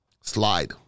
Slide